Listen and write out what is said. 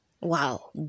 Wow